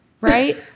right